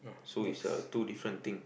so it's a two different thing